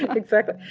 exactly.